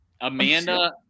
Amanda